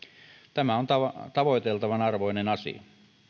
tämä on tavoiteltavan arvoinen asia